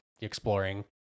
exploring